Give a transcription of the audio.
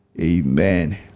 Amen